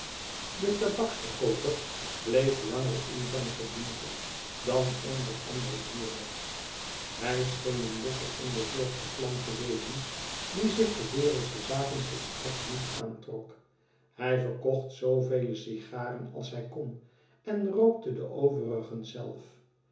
de tabaksverkooper bleef langer in zijn gedoente dan een der andere huurders hij scheen een losse onbezorgde klant te wezen die zich de wereldsche zaken volstrekt niet aantrok hij verkocht zoovele sigaren als hij kon en rookte de overigen zelf